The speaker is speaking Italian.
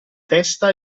testa